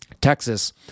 Texas –